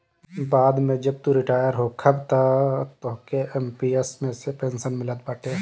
बाद में जब तू रिटायर होखबअ तअ तोहके एम.पी.एस मे से पेंशन मिलत बाटे